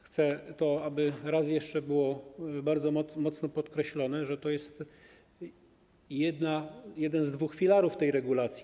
Chcę, aby raz jeszcze było to bardzo mocno podkreślone, że to jest jeden z dwóch filarów tej regulacji.